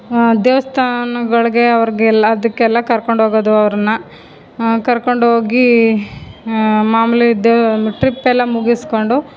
ದೇವಸ್ಥಾನಗಳಿಗೆ ಅವರಿಗೆಲ್ಲ ಅದಕ್ಕೆಲ್ಲ ಕರ್ಕೊಂಡ್ಹೋಗೋದು ಅವ್ರನ್ನು ಕರ್ಕೊಂಡ್ಹೋಗಿ ಮಾಮೂಲಿದು ಟ್ರಿಪ್ ಎಲ್ಲ ಮುಗಿಸಿಕೊಂಡು